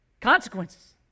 Consequences